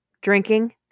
drinking